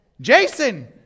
Jason